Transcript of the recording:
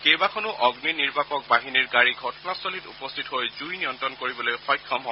কেইবাখনো অগ্নি নিৰ্বাপক বাহিনীৰ গাড়ী ঘটনাস্থলীত উপস্থিত হৈ জুই নিয়ন্ত্ৰণ কৰিবলৈ সক্ষম হয়